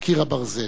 "קיר הברזל".